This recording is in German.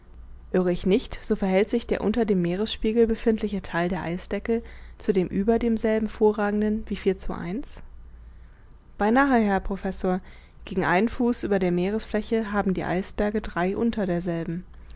irre ich nicht so verhält sich der unter dem meeresspiegel befindliche theil der eisdecke zu dem über demselben vorragenden wie vier zu eins beinahe herr professor gegen einen fuß über der meeresfläche haben die eisberge drei unter derselben